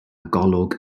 golwg